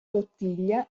bottiglia